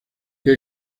que